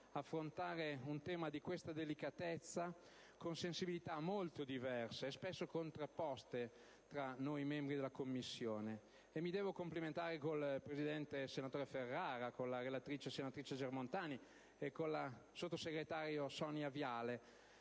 affrontare un tema di questa delicatezza, con le sensibilità molto diverse, e spesso contrapposte, esistenti tra noi membri della Commissione. E mi devo complimentare con il vice presidente, senatore Ferrara, con la relatrice, senatrice Germontani, e con il sottosegretario Sonia Viale,